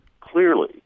clearly